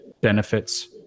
benefits